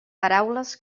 paraules